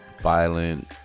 violent